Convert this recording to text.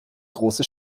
große